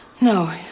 No